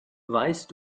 weißt